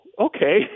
okay